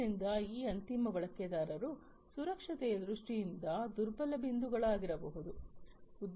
ಆದ್ದರಿಂದ ಈ ಅಂತಿಮ ಬಳಕೆದಾರರು ಸುರಕ್ಷತೆಯ ದೃಷ್ಟಿಯಿಂದ ದುರ್ಬಲ ಬಿಂದುಗಳಾಗಿರಬಹುದು